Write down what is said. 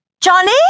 Johnny